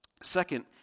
Second